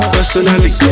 Personally